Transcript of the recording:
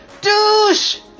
Douche